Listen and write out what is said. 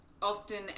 often